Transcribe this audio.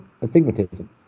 astigmatism